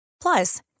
Plus